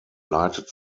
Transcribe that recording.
leitet